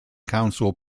council